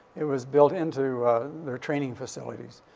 it was built into their training facilities.